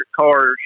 cars